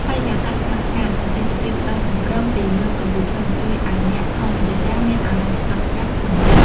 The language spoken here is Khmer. បរិយាកាសស្ងប់ស្ងាត់ និងទេសភាពស្រស់បំព្រងពីលើកំពូលភ្នំ ជួយឲ្យអ្នកធម្មយាត្រាមានអារម្មណ៍ស្ងប់ស្ងាត់ក្នុងចិត្ត។